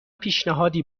پیشنهادی